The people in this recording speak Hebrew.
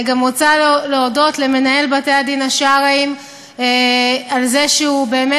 אני גם רוצה להודות למנהל בתי-הדין השרעיים על זה שהוא באמת